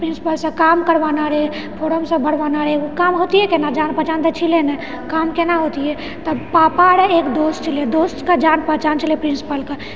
प्रिन्सिपलसँ काम करवाना रहै फोरम सभ भरवाना रहै ओ काम होतिऐ केना जान पहचान तऽ छलै नहि काम केना होतिऐ तब पापारऽ एक दोस्त छलै दोस्तके जान पहचान छलै प्रिन्सिपलकेँ